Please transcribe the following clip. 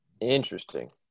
Interesting